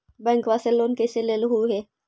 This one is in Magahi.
बैंकवा से लेन कैसे लेलहू हे?